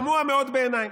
תמוה מאוד בעיניי.